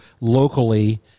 locally